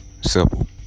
Simple